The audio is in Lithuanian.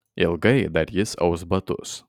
ilgai dar jis aus batus